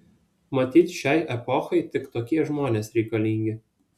matyt šiai epochai tik tokie žmonės reikalingi